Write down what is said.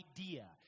idea